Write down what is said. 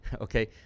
Okay